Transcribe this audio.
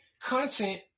content